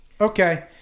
Okay